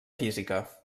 física